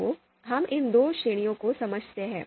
तो हम इन दो श्रेणियों को समझते हैं